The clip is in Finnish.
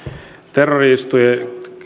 terrori iskujen